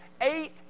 eight